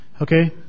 Okay